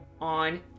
on